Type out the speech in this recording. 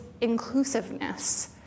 inclusiveness